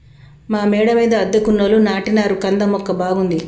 మా మేడ మీద అద్దెకున్నోళ్లు నాటినారు కంద మొక్క బాగుంది